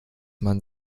man